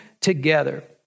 together